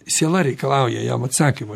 siela reikalauja jam atsakymo